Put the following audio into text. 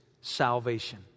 salvation